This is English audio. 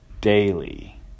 daily